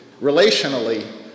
relationally